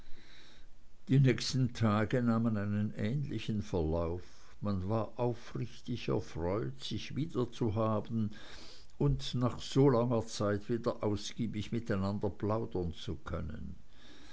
die nächsten tage nahmen einen ähnlichen verlauf man war aufrichtig erfreut sich wiederzuhaben und nach so langer zeit wieder ausgiebig miteinander plaudern zu können